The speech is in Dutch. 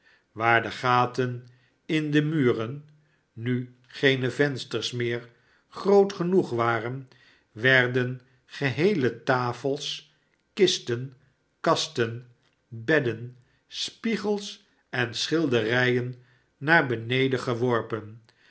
waar de gaten in de muren nu geene vensters meer groot genoeg waren r werden geheele tafels kisten kasten bedden spiegels en schildenjen naar beneden geworpen